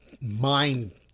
mind